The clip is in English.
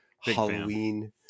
halloween